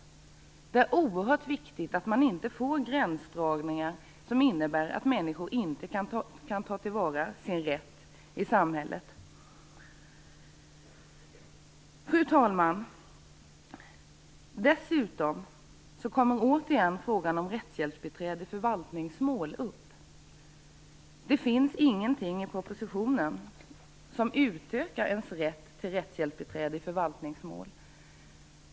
Det är oerhört viktigt att man inte får gränsdragningar som innebär att människor inte kan ta till vara sin rätt i samhället. Fru talman! Dessutom kommer återigen frågan om rättshjälpsbiträde i förvaltningsmål upp. Det finns ingenting i propositionen som utökar ens rätt till rättshjälpsbiträde i förvaltningsmål.